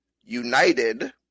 United